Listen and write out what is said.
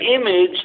image